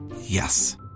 yes